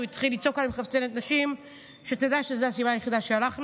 והוא התחיל לצעוק עליי "את מחפצנת נשים" זו הסיבה היחידה שהלכנו.